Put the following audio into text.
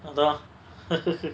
அதா:atha